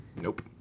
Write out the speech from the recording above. Nope